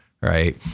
Right